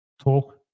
talk